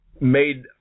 made